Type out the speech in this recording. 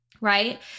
right